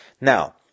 Now